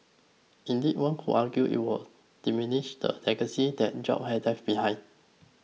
indeed one could argue it would diminish the legacy that Jobs has left behind